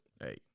hey